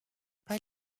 pas